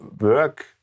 work